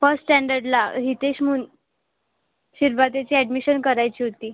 first स्टँडर्डला हितेश म्हणून शिरभातेची अॅडमिशन करायची होती